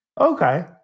Okay